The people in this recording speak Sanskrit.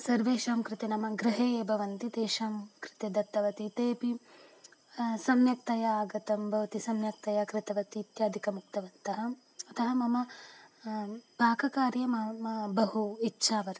सर्वेषां कृते नाम गृहे ये भवन्ति तेषां कृते दत्तवती तेऽपि सम्यक्तया आगतं भवती सम्यक्तया कृतवती इत्यादिकम् उक्तवन्तः अतः मम पाककार्यं मम मम बहु इच्छा वर्तते